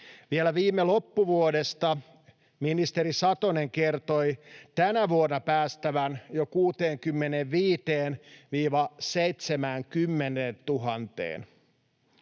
Vielä viime loppuvuodesta ministeri Satonen kertoi tänä vuonna päästävän jo 65 000—70